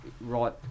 right